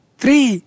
three